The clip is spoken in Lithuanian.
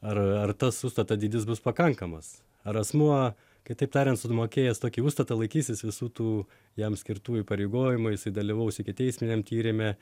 ar ar tas užstato dydis bus pakankamas ar asmuo kitaip tariant sumokėjęs tokį užstatą laikysis visų tų jam skirtų įpareigojimų jisai dalyvaus ikiteisminiam tyrime